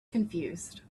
confused